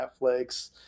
Netflix